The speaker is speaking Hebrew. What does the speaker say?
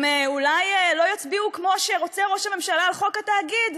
הם אולי לא יצביעו כמו שרוצה ראש הממשלה על חוק התאגיד,